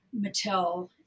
Mattel